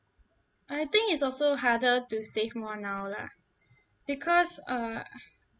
I think it's also harder to save more now lah because uh